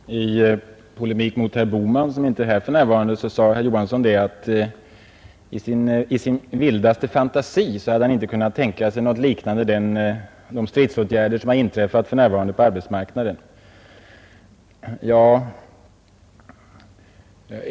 Herr talman! I polemik mot herr Bohman, som inte är närvarande i kammaren, sade herr Knut Johansson i Stockholm att han inte i sin vildaste fantasi hade kunnat tänka sig någonting liknande de stridsåtgärder som nu har vidtagits på arbetsmarknaden.